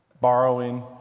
Borrowing